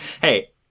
Hey